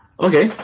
Okay